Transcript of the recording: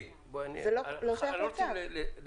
זה לא שייך לצו.